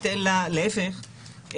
להפך,